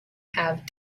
have